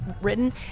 written